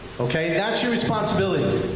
okay, that's your responsibility.